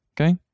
okay